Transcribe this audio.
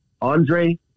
Andre